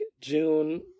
June